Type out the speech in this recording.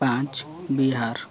ପାଞ୍ଚ ବିହାର